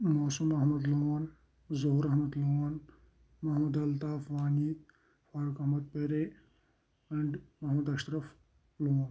Masoom Ahmad Lone Zahoor Ahmad Lone Mohammad Altaf Wani Farooq Ahmad Parray and Mohammad Ashraf loan